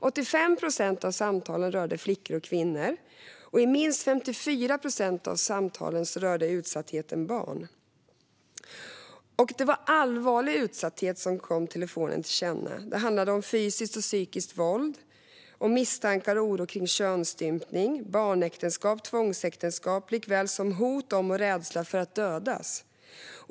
85 procent av samtalen rörde flickor och kvinnor. Minst 54 procent av samtalen rörde utsatta barn. Det var allvarlig utsatthet som kom fram i telefonsamtalen. Det handlade om fysiskt och psykiskt våld, om misstankar och oro kring könsstympning, barnäktenskap och tvångsäktenskap och om hot om och rädsla för att dödas.